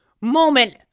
moment